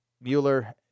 Mueller